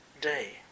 day